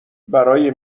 برای